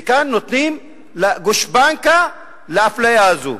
וכאן נותנים גושפנקה לאפליה הזאת.